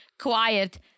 quiet